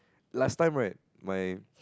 last time right my